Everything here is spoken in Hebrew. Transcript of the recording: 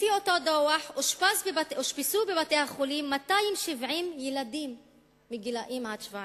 לפי אותו דוח אושפזו בבתי-חולים 270 ילדים בני 0 17